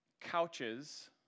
couches